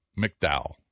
McDowell